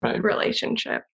relationship